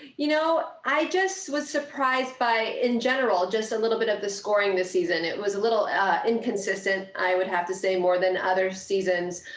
you know, i just was surprised by in general, just a little bit of the scoring this season. it was a little inconsistent, i would have to say more than other seasons.